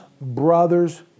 brother's